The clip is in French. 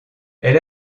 elle